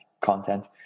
content